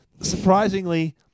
surprisingly